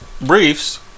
briefs